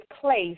place